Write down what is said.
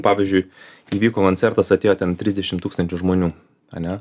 pavyzdžiui įvyko koncertas atėjo ten trisdešim tūkstančių žmonių ane